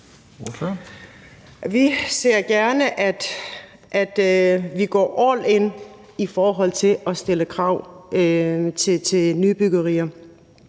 Vi ser gerne, at vi går all in i forhold til at stille krav til nybyggerier.